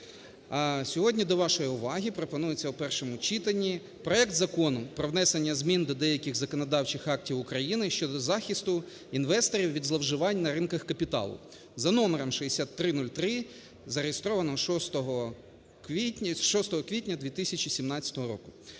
Сьогодні до вашої уваги пропонується у першому читанні проект Закону про внесення змін до деяких законодавчих актів України щодо захисту інвесторів від зловживань на ринках капіталу за номером 6303, зареєстрованим 6 квітня 2017 року.